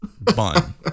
bun